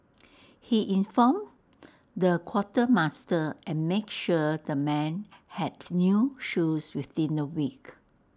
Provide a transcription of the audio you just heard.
he informed the quartermaster and made sure the men had new shoes within A week